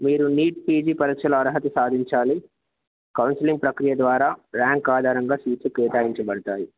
మీరు NEET PG పరక్షల అర్హతి సాధించాలి కౌన్సిలింగ్ ప్రక్రియ ద్వారా ర్యాంక్ ఆధారంగా సీట్లు కేటాయించబడతాయి